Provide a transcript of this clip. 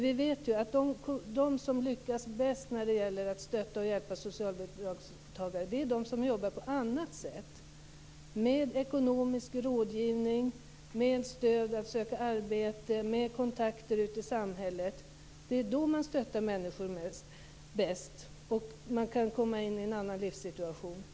Vi vet att de som lyckas bäst när det gäller att stödja och hjälpa socialbidragstagare är de som jobbar med ekonomisk rådgivning, med stöd när det gäller att söka arbete och med kontakter ute i samhället. Det är då man stöder människor bäst, så att de kan komma in i en annan livssituation.